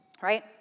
right